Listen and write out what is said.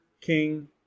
King